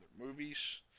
movies